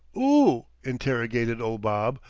oo, interrogated old bob,